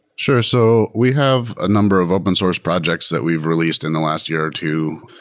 sure. so we have a number of open source projects that we've released in the last year or two.